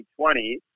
2020